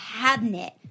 cabinet